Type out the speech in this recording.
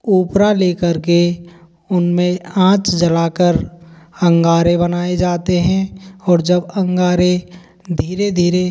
ओपरा लेकर के उनमें आँच जलाकर अंगारे बनाए जाते हें और जब अंगारे धीरे धीरे